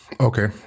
Okay